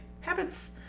Habits